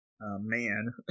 man